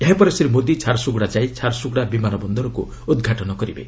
ଏହାପରେ ଶ୍ରୀ ମୋଦି ଝାରସ୍ରଗ୍ରଡ଼ା ଯାଇ ଝାରସ୍ରଗ୍ରଡ଼ା ବିମାନ ବନ୍ଦରକ୍ ଉଦ୍ଘାଟନ କରିବେ